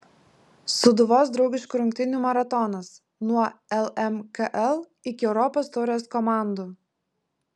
sūduvos draugiškų rungtynių maratonas nuo lmkl iki europos taurės komandų